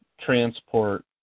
transport